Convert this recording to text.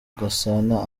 gasana